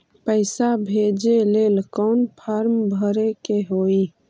पैसा भेजे लेल कौन फार्म भरे के होई?